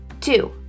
Two